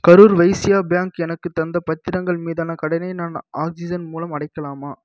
Karur Vysya bank எனக்கு தந்த பத்திரங்கள் மீதான கடனை நான் ஆக்ஸிஜன் மூலம் அடைக்கலாமா